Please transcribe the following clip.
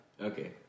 Okay